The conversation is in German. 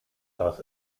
dass